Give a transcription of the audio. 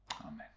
Amen